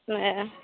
ए ए ए